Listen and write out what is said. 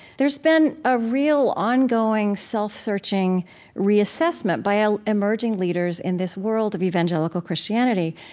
there's been a real ongoing self-searching reassessment by ah emerging leaders in this world of evangelical christianity.